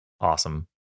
Awesome